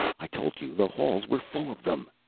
i told you the halls were full of them.